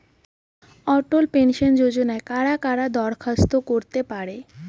অটল pension যোজনায় কারা কারা দরখাস্ত করতে পারে?